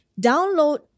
download